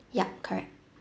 ya correct